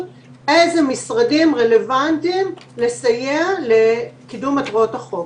לאיזה משרדים רלוונטיים לסיוע לקידום מטרות החוק.